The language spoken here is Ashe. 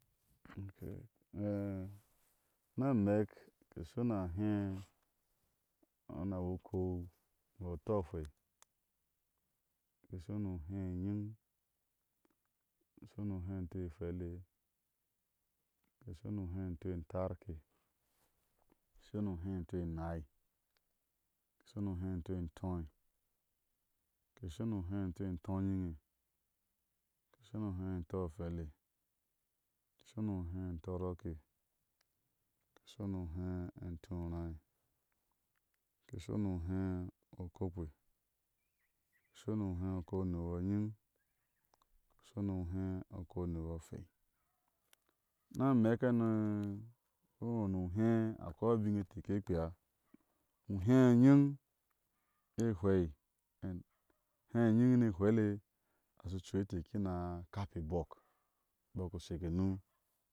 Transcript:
Ok ni a mek ke shɔni a he onau ukou. nibɔ u tɔɔ hwei ke shɔni uhé unyiŋ ke shɨni uhé ɛ hweile ke sheni u hentɔin tarke, ke shoni u hentoo enaai ke shɔni u héntoo ɔ in tóó ke shɔni uhentooi etóyiŋe, ke shɔni u hén e tɔɔ moɛile, ke shɔni u hé in tɔrɔk ke, ke shɔni uhé in túú ráái ke shɔni hhé o uko kpe ke shɔni u hé oukouni yɔ anyiŋ ke shɔni ohé o ukou ni yɔ ahwɛi ni amɛk hano kowani uhé a koi a biŋe inte ke shike kpea uhé unyin niɛhweile a shi ocui nite ke kina a kape bɔk ibɔk o shenu